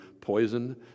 poison